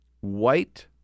White